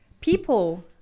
people